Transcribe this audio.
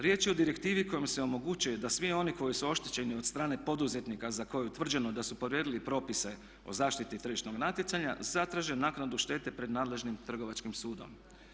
Riječ je o direktivi kojom se omogućuje da svi oni koji su oštećeni od strane poduzetnika za koju je utvrđeno da su povrijedili propise o zaštiti tržišnog natjecanja zatraže naknadu štete pred nadležnim trgovačkim sudom.